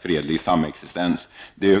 fredlig samexistens.